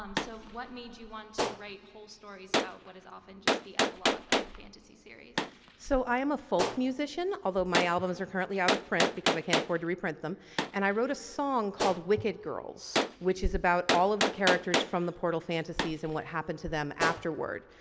um so, what made you want to write whole stories about what is often just the epilog of the fantasy series. seanan mcguire so, i am a folk musician, although my albums are currently out of print because i can't afford to reprint them and i wrote a song called wicked girls which is about all of the characters from the portal fantasies and what happened to them afterward.